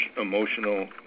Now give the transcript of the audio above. emotional